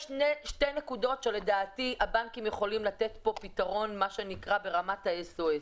יש שתי נקודות שלדעתי הבנקים יכולים לתת פה פתרון ברמת ה-SOS.